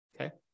Okay